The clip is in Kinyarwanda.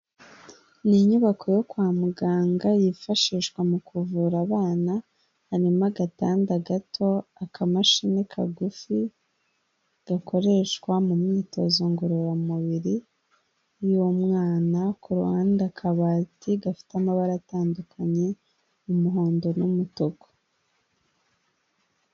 Ni inyubako yo kwa muganga yifashishwa mu kuvura abana. Harimo agatanda gato ,akamashini kagufi gakoreshwa mu myitozo ngororamubiri y'umwana, kuruhande akabati gafite amabara atandukanye umuhondo n'umutuku.